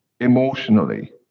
emotionally